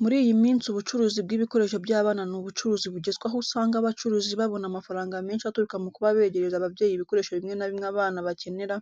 Muri iyi minsi ubucuruzi bw'ibikoresho by'abana ni ubucuruzi bugezweho aho usanga abacuruzi babona amafarnga menshi aturuka mu kuba begereza ababyeyi ibikoresho bimwe na bimwe abana bakenera,